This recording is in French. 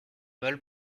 mole